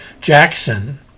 Jackson